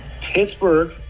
Pittsburgh